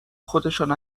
خودشان